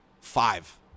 five